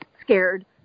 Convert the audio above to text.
scared